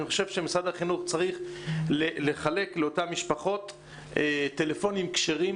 אני חושב שמשרד החינוך צריך לחלק לאותן משפחות טלפונים כשרים.